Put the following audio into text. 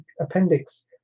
appendix